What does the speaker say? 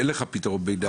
אין לך פתרון ביניים,